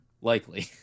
Likely